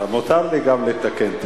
מותר לי גם לתקן.